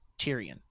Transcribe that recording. Tyrion